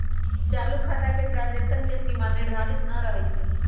चालू खता में ट्रांजैक्शन के सीमा निर्धारित न रहै छइ